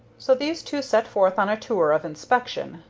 so these two set forth on a tour of inspection.